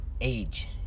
age